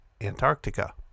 Antarctica